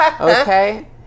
Okay